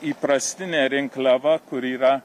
įprastinė rinkliava kuri yra